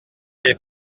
les